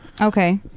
Okay